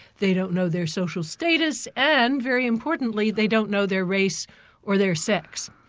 they don't know their social status, and very importantly, they don't know their race or their sex.